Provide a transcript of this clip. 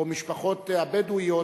או המשפחות הבדואיות,